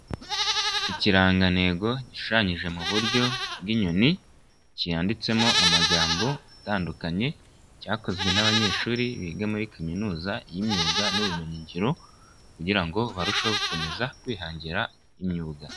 Ikirangantego gishushanyije mu buryo bw'inyoni, cyanyanditsemo amagambo atandukanye, cyakozwe n'abanyeshuri biga muri kaminuza y'imyuga n'ubumenyingiro kugira ngo barusheho gukomeza kwihangira imyuga.